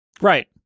Right